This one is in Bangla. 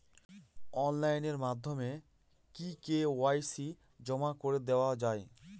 অনলাইন মাধ্যমে কি কে.ওয়াই.সি জমা করে দেওয়া য়ায়?